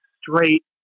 straight